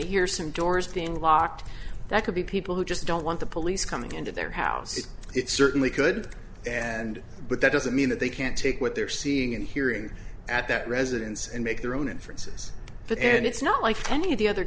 hear some doors being locked that could be people who just don't want the police coming into their house and it certainly could and but that doesn't mean that they can't take what they're seeing and hearing at that residence and make their own inferences and it's not like any of the other